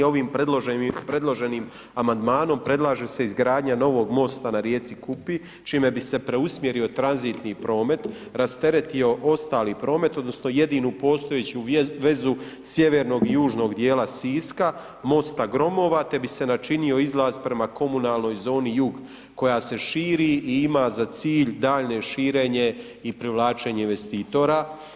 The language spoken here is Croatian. Ovim predloženim amandmanom predlaže se izgradnja novog mosta na rijeci Kupi čime bi se preusmjerio tranzitni promet, rasteretio ostali promet odnosno jedinu postojeću vezu sjevernog i južnog dijela Siska, Mosta Gromova te bi se načinio izlaz prema komunalnoj zoni jug koja se širi i ima za cilj daljnje širenje i privlačenje investitora.